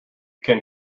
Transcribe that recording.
can